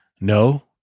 no